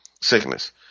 sickness